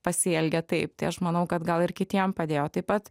pasielgė taip tai aš manau kad gal ir kitiem padėjo taip pat